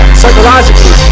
psychologically